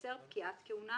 10. פקיעת כהונה